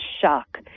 shock